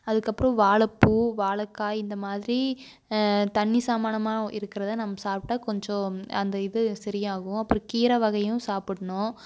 அதுக்கப்புறம் வாழைப்பூ வாழைக்காய் இந்த மாதிரி தண்ணி சாமனமாக இருக்கிறத நம்ம சாப்பிட்டா கொஞ்சம் அந்த இது சரியாகும் அப்புறம் கீரை வகையும் சாப்பிட்ணும்